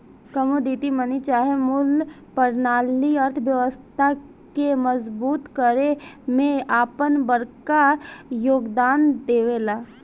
commodity money चाहे मूल परनाली अर्थव्यवस्था के मजबूत करे में आपन बड़का योगदान देवेला